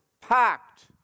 packed